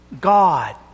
God